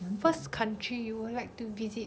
first country you would like to visit